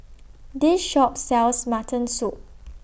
This Shop sells Mutton Soup